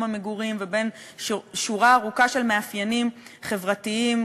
המגורים לבין שורה ארוכה של מאפיינים חברתיים,